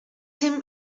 him